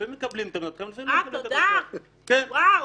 לפעמים מקבלים את הטענות --- אה, תודה, ואו...